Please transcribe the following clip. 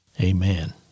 Amen